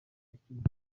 yakinnye